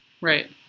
Right